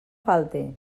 falte